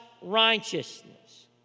righteousness